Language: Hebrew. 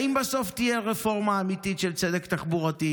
האם בסוף תהיה רפורמה אמיתית של צדק תחבורתי?